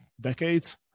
decades